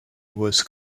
was